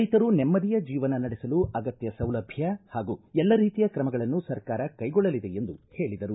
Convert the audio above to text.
ರೈತರು ನೆಮ್ಮದಿಯ ಜೀವನ ನಡೆಸಲು ಅಗತ್ತ ಸೌಲಭ್ಯ ಹಾಗೂ ಎಲ್ಲಾ ರೀತಿಯ ಕ್ರಮಗಳನ್ನು ಸರ್ಕಾರ ಕೈಗೊಳ್ಳಲಿದೆ ಎಂದು ಹೇಳಿದರು